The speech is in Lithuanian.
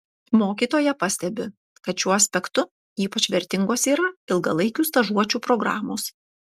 mokytoja pastebi kad šiuo aspektu ypač vertingos yra ilgalaikių stažuočių programos